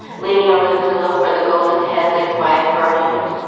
leaning over the pillow, where the golden head lay quiet for a moment.